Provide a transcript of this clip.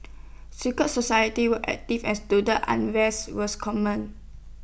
secret society were active and student unrest was common